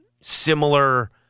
similar